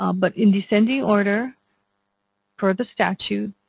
um but in descending order per the statute